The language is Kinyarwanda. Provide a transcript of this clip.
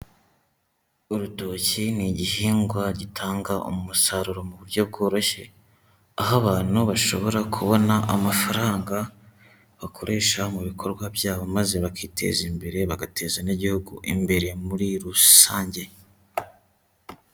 Urutoki ni igihingwa gitanga umusaruro mu buryo bworoshye, aho abantu bashobora kubona amafaranga bakoresha mu bikorwa byabo maze bakiteza imbere bagateza n'igihugu imbere muri rusange.